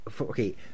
Okay